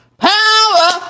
power